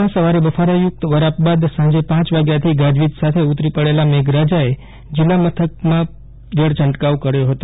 ભુજમાં સવારે બફરયુક્ત વરાપ બાદ સાંજે પાંચ વાગ્યાથી ગાજવીજ સાથે ઉતરી પડેલા મેઘરાજાએ જીલ્લા મથકમાં છંટકાવ કર્યો હતો